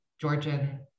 Georgian